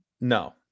No